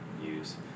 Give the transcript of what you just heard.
use